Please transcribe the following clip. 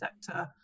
sector